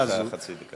יש לך חצי דקה.